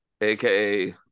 aka